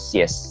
yes